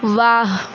वाह